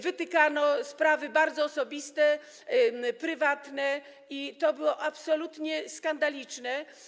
Wytykano sprawy bardzo osobiste, prywatne, co było absolutnie skandaliczne.